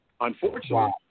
Unfortunately